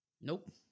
Nope